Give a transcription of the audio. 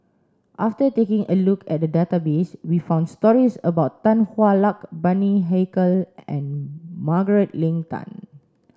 after taking a look at the database we found stories about Tan Hwa Luck Bani Haykal and Margaret Leng Tan